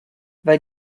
weil